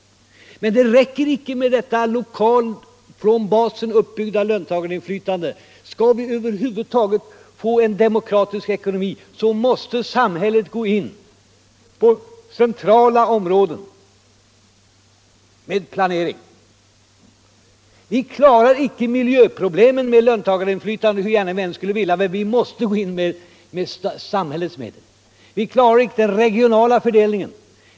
Men det räcker icke med detta lokalt från basen uppbyggda löntagarinflytande. Skall vi över huvud taget få en demokratisk ekonomi måste samhället gå in på centrala områden med planering. Vi klarar icke miljöproblemen med löntagarinflytande, hur gärna vi än skulle vilja, utan vi måste gå in med samhällets medel. Vi klarar icke den regionala fördelningen.